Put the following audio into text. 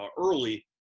early